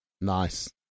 Nice